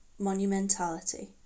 monumentality